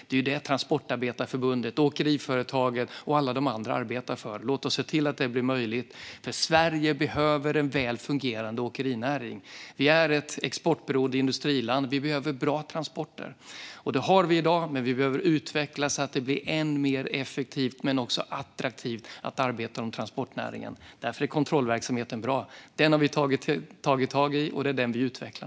Det är detta som Transportarbetareförbundet, Åkeriföretagen och alla de andra arbetar för. Låt oss se till att det blir möjligt. Sverige behöver nämligen en väl fungerande åkerinäring. Sverige är ett exportberoende industriland som behöver bra transporter. Det har vi i dag, men vi behöver utveckla dem så att det blir än mer effektivt men också attraktivt att arbeta inom transportnäringen. Därför är kontrollverksamheten bra. Den har vi tagit tag i, och det är den vi nu utvecklar.